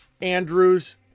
Andrews